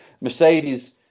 Mercedes